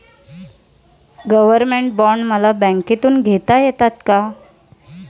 Government bond मला बँकेमधून घेता येतात का?